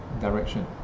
direction